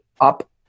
up